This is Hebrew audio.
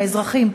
האזרחים,